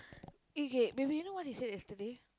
okay baby you know what he said yesterday